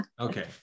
okay